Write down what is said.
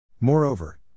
Moreover